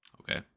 okay